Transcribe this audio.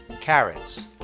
carrots